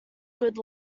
good